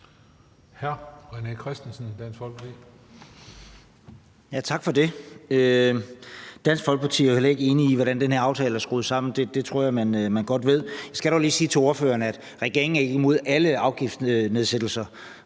17:39 René Christensen (DF): Tak for det. Dansk Folkeparti er jo heller ikke enige i, hvordan den her aftale er skruet sammen. Det tror jeg godt man ved. Jeg skal dog lige sige til ordføreren, at regeringen ikke er imod alle afgiftsnedsættelser.